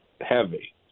heavy